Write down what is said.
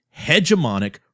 hegemonic